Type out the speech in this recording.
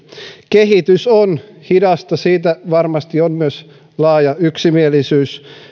kehitys on hidasta siitä varmasti on myös laaja yksimielisyys